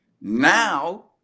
now